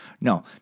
No